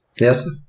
Yes